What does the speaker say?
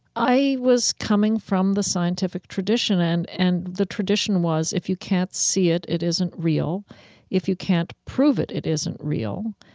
i was coming from the scientific tradition, and and the tradition was if you can't see it, it isn't real if you can't prove it, it isn't real.